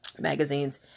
magazines